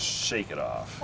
shake it off